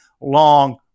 long